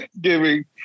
giving